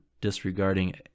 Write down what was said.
disregarding